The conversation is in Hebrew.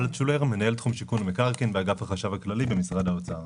אני מנהל תחום שיכון ומקרקעין באגף החשב הכללי במשרד האוצר.